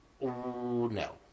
no